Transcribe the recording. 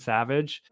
Savage